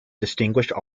distinguished